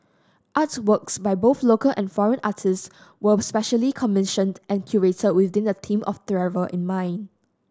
artworks by both local and foreign artists were specially commissioned and curated with the theme of travel in mind